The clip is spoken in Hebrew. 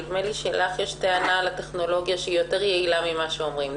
נדמה לי שלך יש טענה לגבי הטכנולוגיה שהיא יותר יעילה ממה שאומרים.